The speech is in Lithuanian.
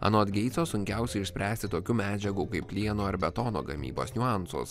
anot geitso sunkiausia išspręsti tokių medžiagų kaip plieno ar betono gamybos niuansus